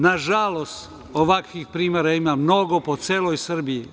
Nažalost, ovakvih primera ima mnogo po celoj Srbiji.